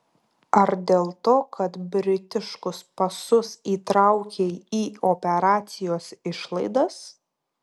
ar dėl to kad britiškus pasus įtraukei į operacijos išlaidas